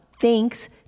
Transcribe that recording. Thanks